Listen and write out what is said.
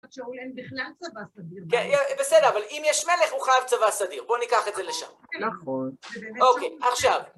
שאולי, אין בכלל צבא סדיר. כן, בסדר, אבל אם יש מלך הוא חייב צבא סדיר. בוא ניקח את זה לשם. נכון. אוקיי, עכשיו.